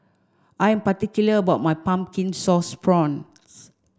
I'm particular about my Pumpkin Sauce Prawns